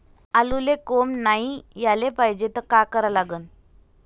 आलूले कोंब नाई याले पायजे त का करा लागन?